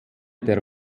der